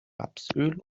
rapsöl